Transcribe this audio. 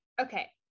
Okay